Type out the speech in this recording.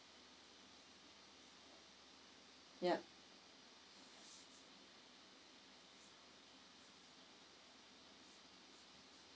yup